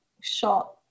shot